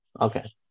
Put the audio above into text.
Okay